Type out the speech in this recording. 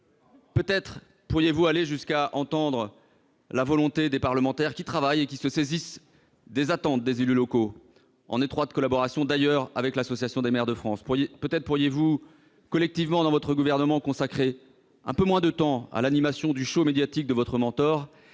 Peut-être pourriez-vous aller jusqu'à entendre la volonté des parlementaires qui travaillent et se saisissent des attentes des élus locaux, en étroite collaboration d'ailleurs avec l'Association des maires de France ? Peut-être pourriez-vous, collectivement, au sein du Gouvernement, consacrer un peu moins de temps à l'animation du médiatique de votre mentor